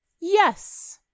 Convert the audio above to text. yes